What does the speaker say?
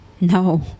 No